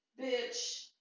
bitch